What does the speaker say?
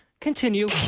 Continue